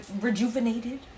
rejuvenated